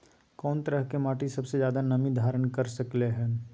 कोन तरह के माटी सबसे ज्यादा नमी धारण कर सकलय हन?